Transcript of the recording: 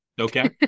Okay